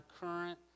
current